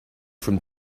from